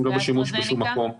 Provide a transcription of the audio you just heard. הוא לא בשימוש בשום מקום בעולם.